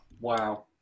wow